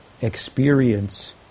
experience